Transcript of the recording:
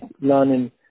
learning